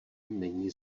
není